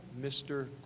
Mr